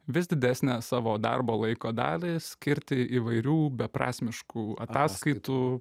vis didesnę savo darbo laiko dalį skirti įvairių beprasmiškų ataskaitų